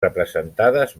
representades